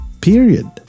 Period